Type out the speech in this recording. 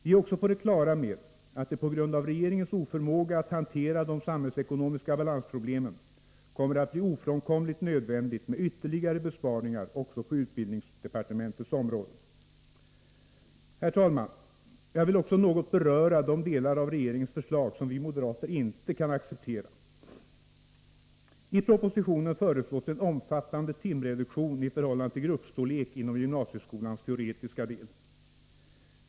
Vi är också på det klara med att det på grund av regeringens oförmåga att hantera de samhällsekonomiska balansproblemen kommer att bli ofrånkomligt nödvändigt med ytterligare besparingar också på utbildningsdepartementets område. Herr talman! Jag vill också något beröra de delar av regeringens förslag, som vi moderater inte kan acceptera. I propositionen föreslås en omfattande timreduktion i förhållande till gruppstorlek inom gymnasieskolans teoretiska del.